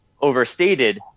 overstated